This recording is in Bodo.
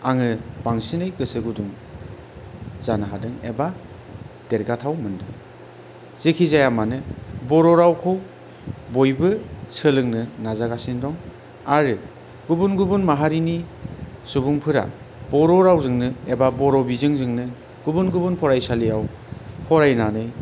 आङो बांसिनै गोसो गुदुं जानो हादों एबा देरगाथाव मोनदों जायखिजाया मानो बर' रावखौ बयबो सोलोंनो नाजागासिनो दं आरो गुबुन गुबुन माहारिनि सुबुंफोरा बर' रावजोंनो एबा बर' बिजोंजोंनो गुबुन गुबुन फरायसालियाव फरायनानै